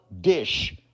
dish